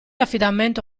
affidamento